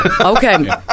Okay